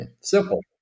Simple